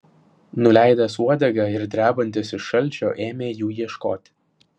nuleidęs uodegą ir drebantis iš šalčio ėmė jų ieškoti